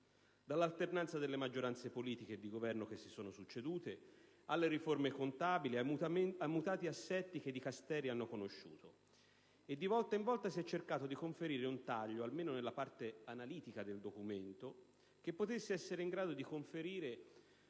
dall'alternanza delle maggioranze politiche e di Governo che si sono succedute, alle riforme contabili, ai mutati assetti che i Dicasteri hanno conosciuto. Di volta in volta in volta si è cercato di conferire un taglio, almeno nella parte analitica del documento, che potesse essere in grado di conferire